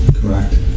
Correct